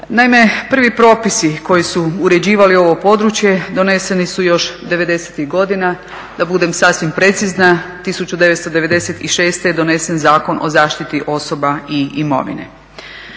Naime, prvi propisi koji su uređivali ovo područje doneseni su još '90-ih godina, da budem sasvim precizna 1996. je donesen Zakon o zaštiti osoba i imovine.